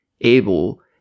able